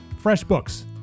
FreshBooks